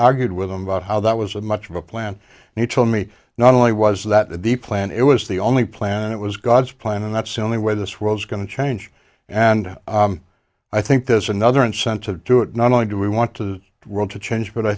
argued with him about how that was a much of a plan and he told me not only was that the plan it was the only plan it was god's plan and that's only where this world is going to change and i think there's another incentive to it not only do we want to world to change but i